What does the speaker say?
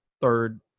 third